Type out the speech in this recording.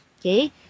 okay